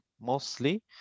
mostly